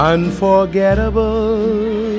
Unforgettable